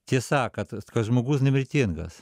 tiesa kad kad žmogus nemirtingas